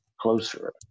closer